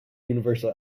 universal